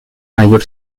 mayor